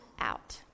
out